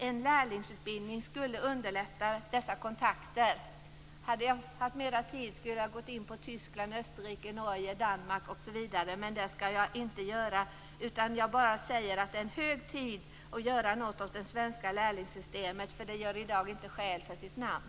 En lärlingsutbildning skulle underlätta dessa kontakter. Hade jag haft mer tid skulle jag ha gått in på Tyskland, Österrike, Norge, Danmark osv., men det skall jag inte göra. Jag säger bara att det är hög tid att göra något åt det svenska lärlingssystemet, för det gör i dag inte skäl för sitt namn.